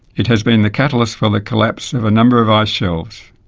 it has been the catalyst for the collapse of a number of ice shelves.